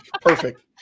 Perfect